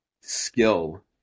skill